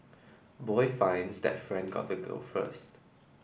boy finds that friend got the girl first